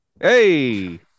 Hey